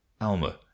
alma